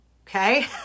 Okay